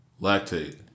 lactate